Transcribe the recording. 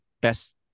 best